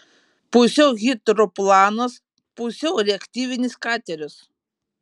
pusiau hidroplanas pusiau reaktyvinis kateris